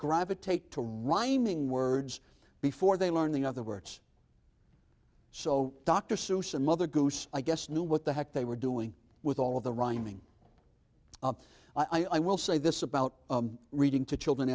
gravitate to rhyming words before they learn the other words so dr seuss and mother goose i guess knew what the heck they were doing with all of the rhyming well i will say this about reading to children